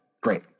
Great